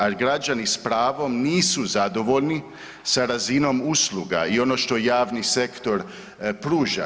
Ali građani s pravom nisu zadovoljni s razinom usluga i ono što javni sektor pruža.